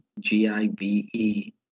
G-I-B-E